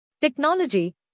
Technology